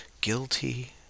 guilty